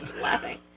laughing